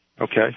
Okay